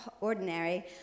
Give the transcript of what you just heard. ordinary